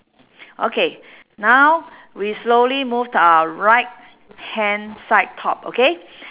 okay now we slowly move to our right hand side top okay